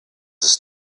ist